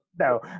No